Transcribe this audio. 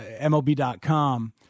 MLB.com